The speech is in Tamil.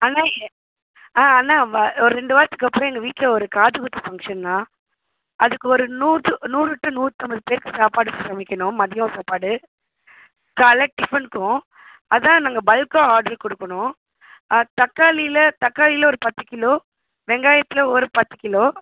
அண்ணா ஆ அண்ணா வ ஒரு ரெண்டு வாரத்துக்கு அப்றம் எங்கள் வீட்டில் ஒரு காதுகுத்து ஃபங்ஷன்ணா அதுக்கு ஒரு நூறு டு நூறு டு நூற்றைம்பது பேருக்கு சாப்பாடு சமைக்கணும் மதியம் சாப்பாடு காலைல டிஃபனுக்கும் அதான் நாங்கள் பல்க்காக ஆட்ரு கொடுக்கணும் தக்காளியில் தக்காளியில் ஒரு பத்து கிலோ வெங்காயத்தில் ஒரு பத்து கிலோ